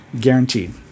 guaranteed